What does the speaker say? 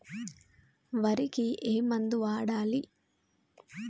వరికి ఏ మందు వాడాలి?